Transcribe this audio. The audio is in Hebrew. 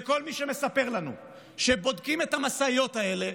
וכל מי שמספר לנו שבודקים את המשאיות האלה,